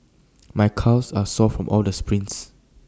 my calves are sore from all the sprints